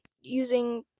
using